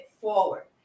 forward